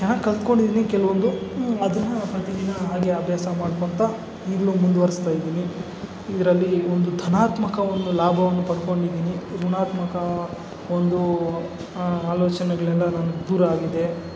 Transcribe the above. ಚೆನ್ನಾಗಿ ಕಲಿತ್ಕೊಂಡಿದ್ದೀನಿ ಕೆಲವೊಂದು ಅದನ್ನು ಪ್ರತಿದಿನ ಹಾಗೆ ಅಭ್ಯಾಸ ಮಾಡ್ಕೊಳ್ತಾ ಈಗಲೂ ಮುಂದುವರೆಸ್ತಾಯಿದ್ದೀನಿ ಇದರಲ್ಲಿ ಒಂದು ಧನಾತ್ಮಕ ಒಂದು ಲಾಭವನ್ನು ಪಡ್ಕೊಂಡಿದ್ದೀನಿ ಋಣಾತ್ಮಕ ಒಂದು ಆಲೋಚನೆಗಳೆಲ್ಲವೂ ದೂರ ಆಗಿದೆ